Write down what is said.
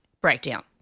breakdown